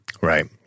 Right